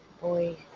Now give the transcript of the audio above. Boy